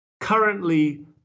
currently